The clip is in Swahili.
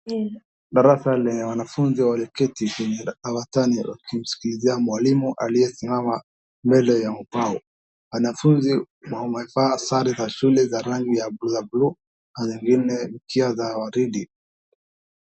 Darasa lenye wanafunzi wameketi kwenye dawati wakimsikizia mwalimu aliyesimama mbele ya ubao, wanafunzi wamevaa sare za shule za rangi ya buluu na zingine zikiwa za waridi.